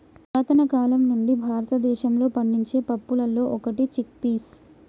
పురతన కాలం నుండి భారతదేశంలో పండించే పప్పులలో ఒకటి చిక్ పీస్